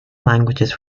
languages